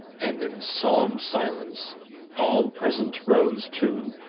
and in solemn silence all present rose too,